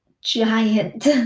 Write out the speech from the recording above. giant